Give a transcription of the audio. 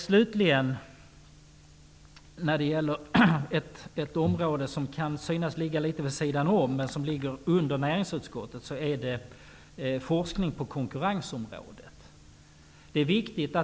Slutligen till ett område som kan synas ligga litet vid sidan av, men som hör till näringsutskottet. Det gäller forskning på konkurrensområdet.